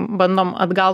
bandom atgal